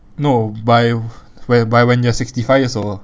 no by when by you're sixty five years old